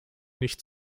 nicht